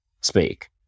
speak